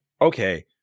okay